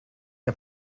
que